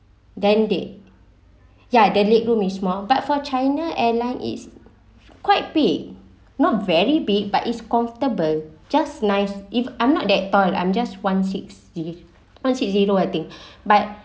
then they yeah they legroom is small but for china airline is quite big not very big but it's comfortable just nice if I'm not that tall and I'm just one six ze~ one six zero I thing but